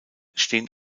stehen